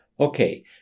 Okay